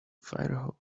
fire